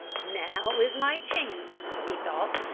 now is my chance, he thought,